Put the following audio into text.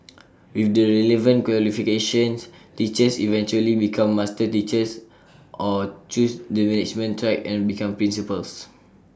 with the relevant qualifications teachers eventually become master teachers or choose the management track and become principals